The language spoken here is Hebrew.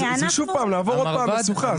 זה שוב לעבור משוכה.